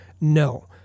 No